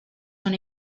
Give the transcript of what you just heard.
son